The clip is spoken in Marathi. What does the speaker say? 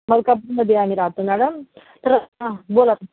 मलकापूरमध्ये आम्ही राहातो मॅडम तर हां बोला